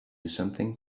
something